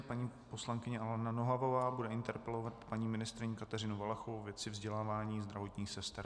Paní poslankyně Alena Nohavová bude interpelovat paní ministryni Kateřinu Valachovou ve věci vzdělávání zdravotních sester.